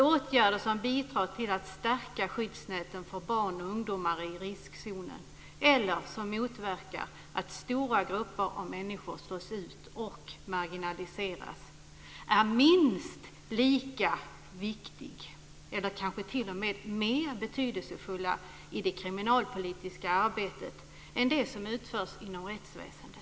Åtgärder som bidrar till att stärka skyddsnäten för barn och ungdomar i riskzonen eller som motverkar att stora grupper av människor slås ut och marginaliseras är minst lika viktiga, eller kanske t.o.m. mer betydelsefulla, i det kriminalpolitiska arbetet som det som utförs inom rättsväsendet.